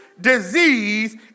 disease